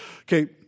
Okay